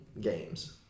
games